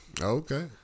Okay